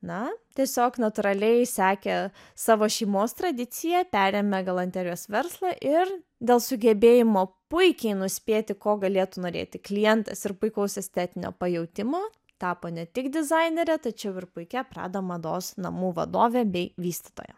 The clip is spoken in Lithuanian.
na tiesiog natūraliai sekė savo šeimos tradiciją perėmė galanterijos verslą ir dėl sugebėjimo puikiai nuspėti ko galėtų norėti klientas ir puikaus estetinio pajautimo tapo ne tik dizainere tačiau ir puikia prada mados namų vadove bei vystytoja